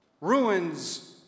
Ruins